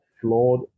flawed